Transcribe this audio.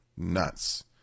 nuts